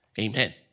Amen